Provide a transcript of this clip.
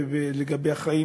ולגבי החיים,